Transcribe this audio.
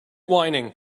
whining